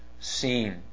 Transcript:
seen